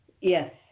Yes